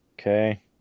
Okay